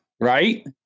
Right